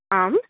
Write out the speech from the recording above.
आम्